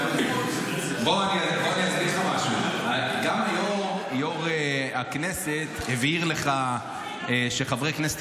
--- בוא אני אסביר לך משהו: גם יו"ר הכנסת הבהיר לך שחברי כנסת